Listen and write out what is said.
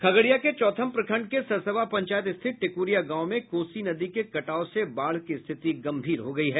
खगड़िया जिले के चौथम प्रखंड के सरसबा पंचायत स्थित टेकूरिया गांव में कोसी नदी के कटाव से बाढ़ की स्थित गम्भीर हो गयी है